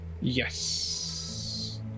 Yes